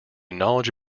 knowledge